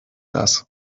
das